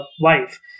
wife